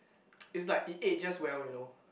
is like it ages well you know